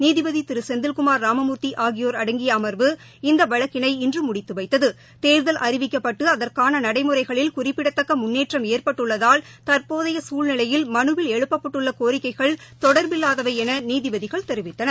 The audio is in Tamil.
நீதிபதிதிருசெந்தில்குமார் ராமமூர்த்திஆகியோர் அடங்கியஅமர்வு இந்தவழக்கினை இன்றுமுடித்துவைத்தது தேர்தல் அறிவிக்கப்பட்டுஅதற்கானநடைமுறைகளில் குறிப்பிடத்தக்கமுன்னேற்றம் ஏற்பட்டுள்ளதால் தற்போதையசூழ்நிலையில் மனுவில் எழுப்பப்பட்டுள்ளகோரிக்கைகள் தொடர்பில்லதாவைஎனநீதிபதிகள் தெரிவித்தனர்